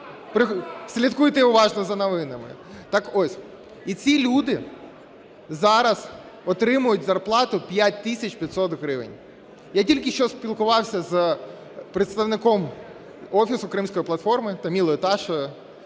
Слідкуйте уважно за новинами. Так ось. І ці люди зараз отримують зарплату 5 тисяч 500 гривень. Я тільки що спілкувався з представником Офісу Кримської платформи Тамілою Ташевою,